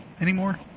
anymore